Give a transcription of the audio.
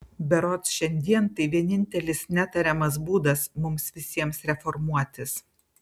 berods šiandien tai vienintelis netariamas būdas mums visiems reformuotis